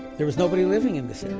there was nobody living in this area,